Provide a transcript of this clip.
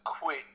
quit